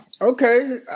Okay